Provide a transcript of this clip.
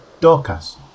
Dorcas